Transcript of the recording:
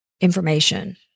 information